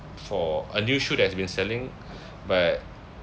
for a new shoe has been selling but